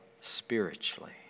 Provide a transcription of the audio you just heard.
spiritually